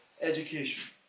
education